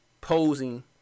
posing